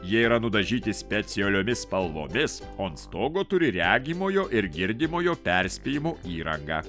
jie yra nudažyti specialiomis spalvomis o ant stogo turi regimojo ir girdimojo perspėjimo įrangą